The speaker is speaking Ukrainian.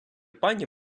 пані